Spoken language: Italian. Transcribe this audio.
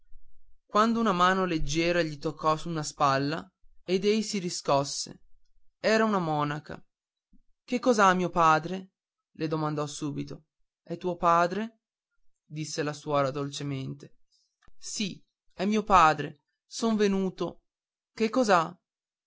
quando una mano leggiera gli toccò una spalla ed ei si riscosse era una monaca che cos'ha mio padre le domandò subito è tuo padre disse la suora dolcemente sì è mio padre son venuto che cos'ha